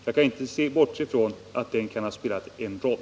Jag kan inte bortse från att den kan ha spelat en roll.